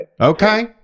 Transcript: Okay